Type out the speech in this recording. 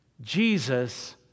Jesus